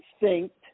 Instinct